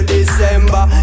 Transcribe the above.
December